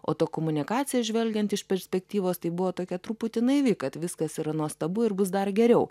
o ta komunikacija žvelgiant iš perspektyvos tai buvo tokia truputį naivi kad viskas yra nuostabu ir bus dar geriau